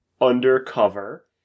undercover